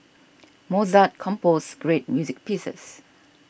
Mozart composed great music pieces